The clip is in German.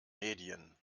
medien